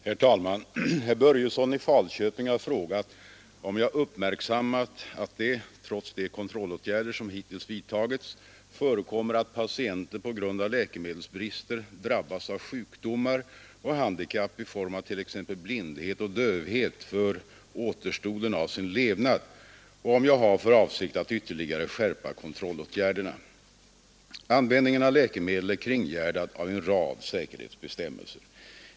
Herr talman! Herr Börjesson i Falköping har frågat om jag uppmärksammat att det, trots de kontrollåtgärder som hittills vidtagits, förekommer att patienter på grund av läkemedelsbrister drabbas av sjukdomar och handikapp i form av t.ex. blindhet och dövhet för återstoden av sin levnad och om jag har för avsikt att ytterligare skärpa kontrollåtgärderna. Användningen av läkemedel är kringgärdad av en rad säkerhetsbestämmelser.